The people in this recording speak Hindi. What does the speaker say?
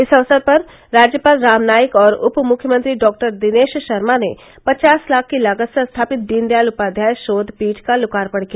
इस अवसर पर राज्यपाल राम नाईक और उप मुख्यमंत्री डॉक्टर दिनेश शर्मा ने पचास लाख की लागत से स्थापित दीनदयाल उपाध्याय शोध पीठ का लोकार्पण किया